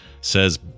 Says